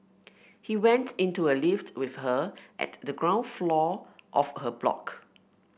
he went into a lift with her at the ground floor of her block